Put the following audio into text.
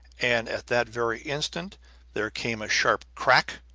and at that very instant there came a sharp crack,